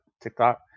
TikTok